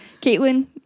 Caitlin